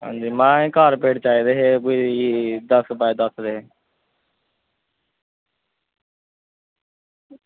में कॉरपेट चाहिदे हे कोई दस्स बाई दस्स दे